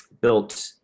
built